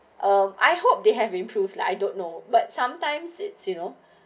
uh I hope they have improved lah I don't know but sometimes it's you know